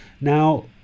Now